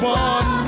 one